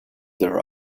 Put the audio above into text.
their